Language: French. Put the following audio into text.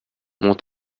mon